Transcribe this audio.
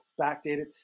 backdated